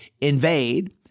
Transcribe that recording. invade